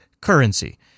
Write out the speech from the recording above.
currency